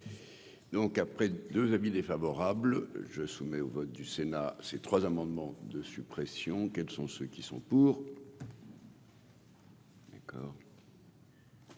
Donc, après 2 avis défavorables je soumet au vote du Sénat ces trois amendements de suppression, quels sont ceux qui sont pour.